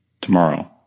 Tomorrow